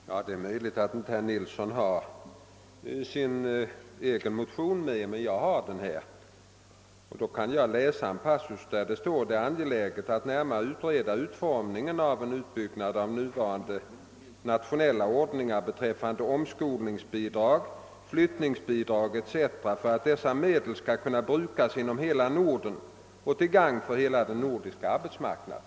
Herr talman! Det är möjligt att herr Nilsson i Tvärålund inte har sin egen motion tillgänglig, men jag har den här i min hand, och jag vill läsa upp en passus, där det heter: »Det är angeläget att närmare utreda utformningen av en utbyggnad av nuvarande nationella ordningar beträffande omskolningsbidrag, flyttningsbidrag etc. för att dessa medel skulle kunna brukas inom hela Norden och till gagn för hela den nordiska arbetsmarknaden.»